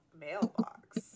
mailbox